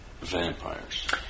vampires